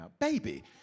baby